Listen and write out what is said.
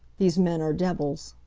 these men are devils!